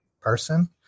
person